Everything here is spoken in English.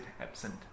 absent